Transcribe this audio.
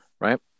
right